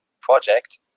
project